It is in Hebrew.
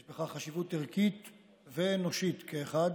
אוקיי, עשרה חברי כנסת בעד,